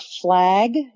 flag